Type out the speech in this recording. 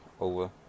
over